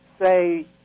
say